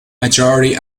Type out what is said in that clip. majority